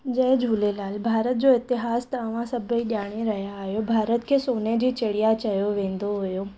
जय झूलेलाल भारत जो इतिहास तव्हां सभई ॼाणे रहिया आहियो भारत खे सोने जी चिड़िया चयो वेंदो हुयो